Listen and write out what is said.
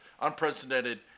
unprecedented